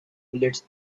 bullets